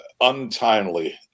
untimely